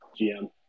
GM